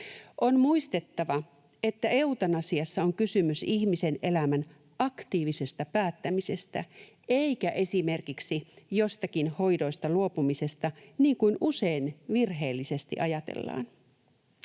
On muistettava, että eutanasiassa on kysymys ihmisen elämän aktiivisesta päättämisestä eikä esimerkiksi jostakin hoidoista luopumisesta, niin kuin usein virheellisesti ajatellaan.